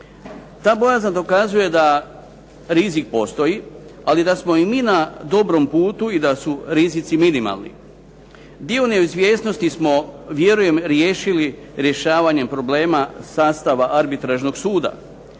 Ta bojazan dokazuje da rizik postoji, ali da smo i mi na dobrom putu i da su rizici minimalni. Dio neizvjesnosti smo vjerujem riješili rješavanjem problema sastava arbitražnog suda.